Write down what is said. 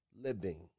living